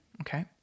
Okay